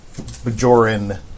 Bajoran